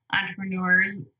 entrepreneurs